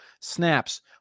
Snaps